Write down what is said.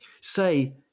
say